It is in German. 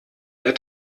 der